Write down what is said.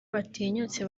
batinyutse